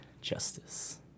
justice